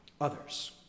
others